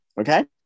Okay